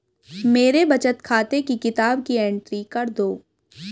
मेरे बचत खाते की किताब की एंट्री कर दो?